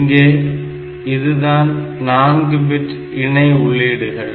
இங்கே இதுதான் நான்கு பிட்டு இணை உள்ளீடுகள்